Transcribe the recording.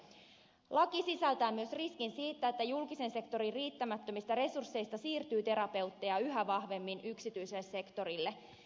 laki sisältää myös riskin siitä että julkisen sektorin riittämättömistä resursseista siirtyy terapeutteja yhä vahvemmin yksityiselle sektorille